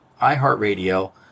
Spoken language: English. iHeartRadio